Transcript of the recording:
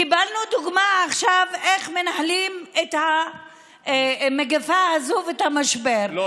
קיבלנו דוגמה עכשיו איך מנהלים את המגפה הזו ואת המשבר.